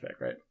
right